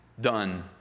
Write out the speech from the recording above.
done